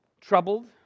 troubled